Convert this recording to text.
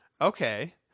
Okay